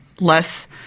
less –